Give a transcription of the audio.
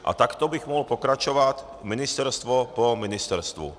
A takto bych mohl pokračovat ministerstvo po ministerstvu.